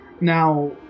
Now